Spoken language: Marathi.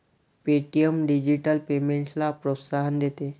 पे.टी.एम डिजिटल पेमेंट्सला प्रोत्साहन देते